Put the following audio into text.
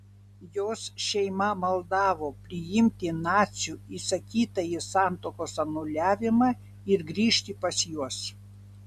jos šeima maldavo priimti nacių įsakytąjį santuokos anuliavimą ir grįžti pas juos